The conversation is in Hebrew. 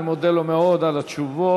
אני מודה לו מאוד על התשובות.